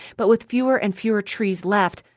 but with fewer and fewer trees left,